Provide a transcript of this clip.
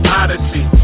odyssey